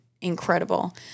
incredible